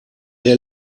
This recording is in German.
der